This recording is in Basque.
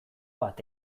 bat